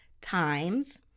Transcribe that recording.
times